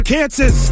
Kansas